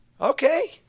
okay